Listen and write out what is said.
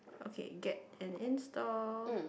okay get and install